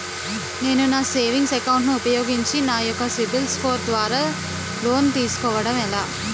నేను నా savings account ను ఉపయోగించి నా యెక్క సిబిల్ స్కోర్ ద్వారా లోన్తీ సుకోవడం ఎలా?